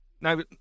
now